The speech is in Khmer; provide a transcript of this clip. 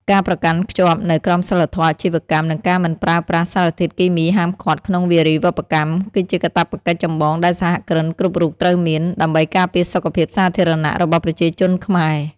ការប្រកាន់ខ្ជាប់នូវក្រមសីលធម៌អាជីវកម្ម និងការមិនប្រើប្រាស់សារធាតុគីមីហាមឃាត់ក្នុងវារីវប្បកម្ម គឺជាកាតព្វកិច្ចចម្បងដែលសហគ្រិនគ្រប់រូបត្រូវមាន ដើម្បីការពារសុខភាពសាធារណៈរបស់ប្រជាជនខ្មែរ។